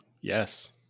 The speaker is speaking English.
Yes